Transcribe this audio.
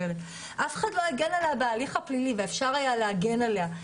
אף אחד לא הגן עליה בהליך הפלילי למרות שאפשר היה להגן עליה.